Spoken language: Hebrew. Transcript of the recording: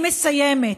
אני מסיימת.